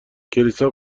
کلیسا